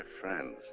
friends